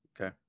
Okay